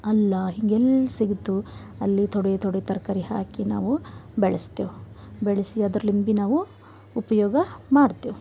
ಅಲ್ಲಾ ಹಿಂಗೆಲ್ಲಿ ಸಿಗುತ್ತೋ ಅಲ್ಲಿ ಥೊಡೆ ಥೊಡೆ ತರಕಾರಿ ಹಾಕಿ ನಾವು ಬೆಳೆಸ್ತೇವೆ ಬೆಳೆಸಿ ಅದರ್ಲಿಂದ ಭಿ ನಾವು ಉಪಯೋಗ ಮಾಡ್ತೆವೆ